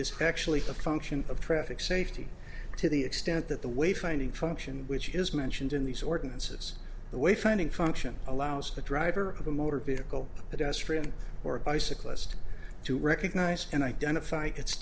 is actually a function of traffic safety to the extent that the way finding function which is mentioned in these ordinances the way finding function allows the driver of a motor vehicle that has friend or a bicyclist to recognize and identify its